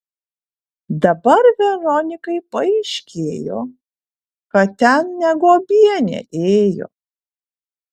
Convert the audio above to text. dabar veronikai paaiškėjo kad ten ne guobienė ėjo